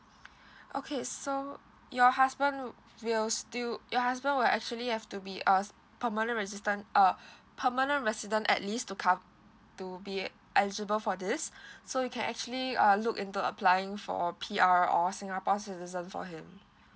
okay so your husband will still your husband will actually have to be a permanent resident uh permanent resident at least to cov~ to be eligible for this so you can actually uh look into applying for P_R or singapore citizen for his